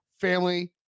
family